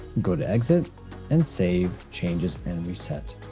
go to exit and save changes and reset.